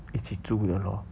一起租的 lor